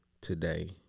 today